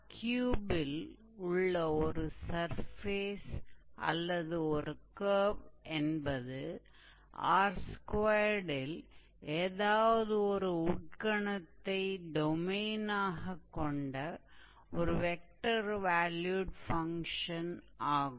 𝑅3 இல் உள்ள ஒரு சர்ஃபேஸ் அல்லது ஒரு கர்வ் என்பது 𝑅2 இல் ஏதாவது ஓர் உட்கணத்தை டொமைனாக கொண்ட ஒரு வெக்டர் வால்யூடு ஃபங்ஷன் ஆகும்